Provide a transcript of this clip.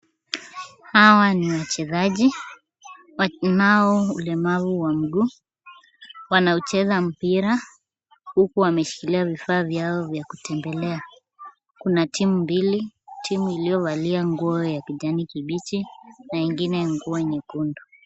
Hawa ni wachezaji, wanao ulemavu wa mguu, wanaucheza mpira, huku wameshikiria vifaa vyao vya kutembelea. Kuna timu mbili, timu iliyovalia nguo ya kijani kibichi na ingine nguo nyekundu.